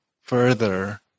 further